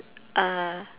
uh